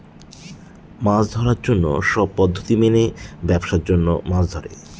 মাছ ধরার জন্য সব পদ্ধতি মেনে ব্যাবসার জন্য মাছ ধরে